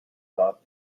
thought